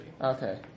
Okay